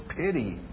pity